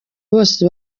bose